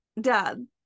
Dad